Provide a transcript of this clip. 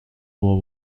war